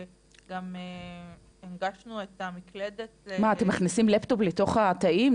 גם הנגשנו את המקלדת --- מה אתם מכניסים לפטופ לתוך התאים?